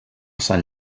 sant